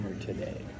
today